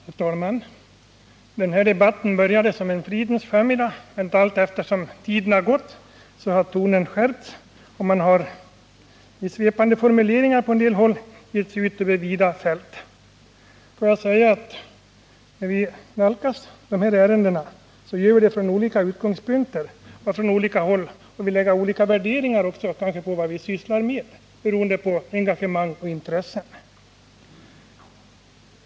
Herr talman! Den här debatten började som en fridens förmiddag. Men allteftersom tiden har gått har tonen skärpts, och man har — i svepande formuleringar på en del håll — gett sig ut över vida fält. Låt mig säga att vi när vi nalkas frågorna om rätten att förvärva jordbruk gör vi det från olika utgångspunkter. Vi anlägger också olika värderingar på frågorna, beroende på erfarenheter, engagemang och intresse.